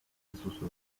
desuso